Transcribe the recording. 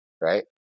right